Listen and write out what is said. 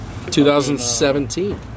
2017